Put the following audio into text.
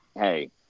hey